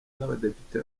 n’abadepite